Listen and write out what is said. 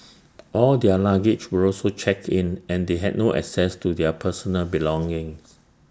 all their luggage were also checked in and they had no access to their personal belongings